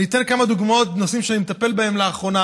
אני אתן כמה דוגמאות בנושאים שאני מטפל בהם לאחרונה.